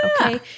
Okay